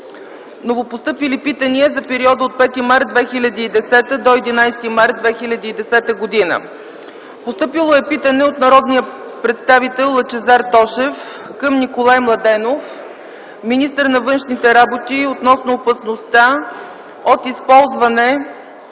Новопостъпили питания за периода 5-11 март 2010 г.: Постъпило е питане от народния представител Лъчезар Тошев към Николай Младенов – министър на външните работи, относно опасността от използване